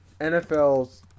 NFL's